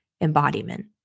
embodiment